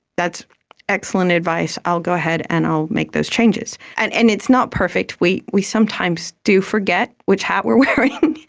that's excellent advice, i'll go ahead and i'll make those changes. and and it's not perfect, we we sometimes do forget which hat we are wearing,